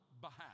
behalf